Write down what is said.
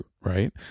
right